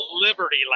Liberty